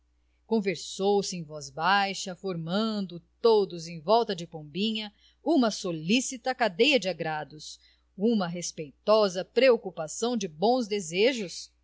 cerimônia conversou se em voz baixa formando todos em volta de pombinha uma solicita cadeia de agrados uma respeitosa preocupação de bons desejos